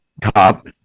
cop